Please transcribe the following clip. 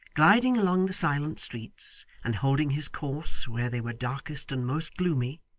gliding along the silent streets, and holding his course where they were darkest and most gloomy,